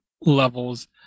levels